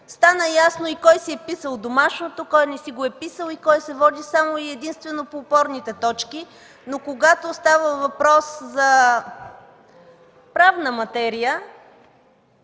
Стана ясно и кой си е писал домашното, кой не си го е писал и кой се води само и единствено по опорните точки. Но когато става въпрос за правна материя